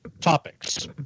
topics